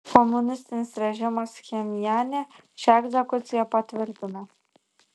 komunistinis režimas pchenjane šią egzekuciją patvirtino